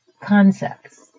concepts